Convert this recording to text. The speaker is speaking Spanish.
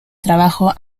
trabajo